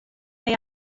neu